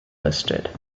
listed